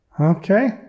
okay